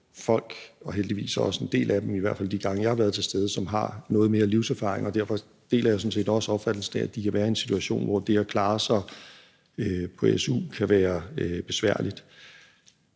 folk – og heldigvis også en del af dem, i hvert fald de gange, jeg har været til stede – som har noget mere livserfaring, og derfor deler jeg sådan set også opfattelsen af, at de kan være i en situation, hvor det at klare sig på su kan være besværligt.